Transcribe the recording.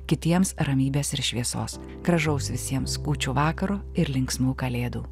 kitiems ramybės ir šviesos gražaus visiems kūčių vakaro ir linksmų kalėdų